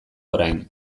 orain